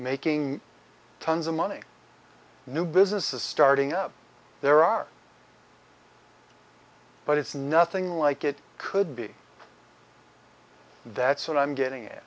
making tons of money new businesses starting up there are but it's nothing like it could be that's what i'm getting